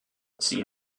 sie